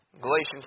Galatians